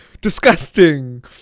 Disgusting